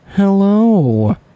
hello